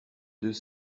deux